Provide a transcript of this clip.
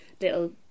little